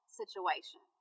situation